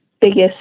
biggest